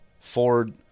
Ford